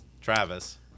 Travis